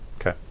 Okay